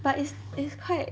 but it's it's quite